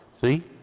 See